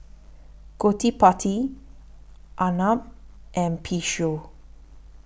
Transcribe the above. Gottipati Arnab and Peyush